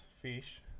fish